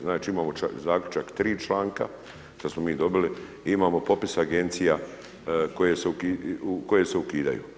Znači, imamo Zaključak, 3 članka, šta smo mi dobili, imamo popis Agencija koje se ukidaju.